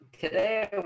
today